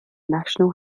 national